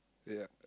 yeah